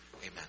Amen